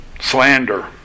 slander